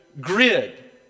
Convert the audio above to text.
grid